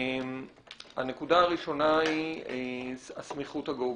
הנקודה הראשונה היא הסמיכות הגיאוגרפית.